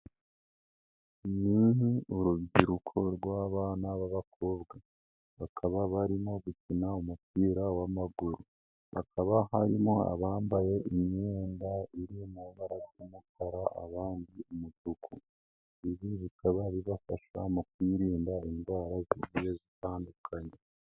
Ni urubyiruko rw'abana b'abakobwa bakaba barimo gukina umupira w'amaguru. Hakaba harimo abambaye imyenda iri mu mabara y'umukara abandi umutu, bikaba bibafasha mu kwirinda indwara zigiye zitandukanye.